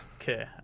Okay